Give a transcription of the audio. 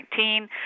2019